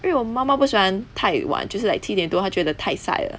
因为我妈妈不喜欢太晚就是 like 七点多她觉得太晒了